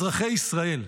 אזרחי ישראל.